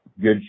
good